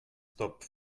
stop